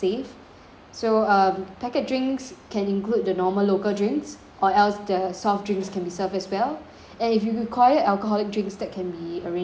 so um packet drinks can include the normal local drinks or else the soft drinks can be served as well and if you required alcoholic drinks that can be arranged also